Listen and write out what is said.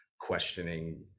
questioning